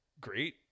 great